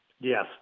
Yes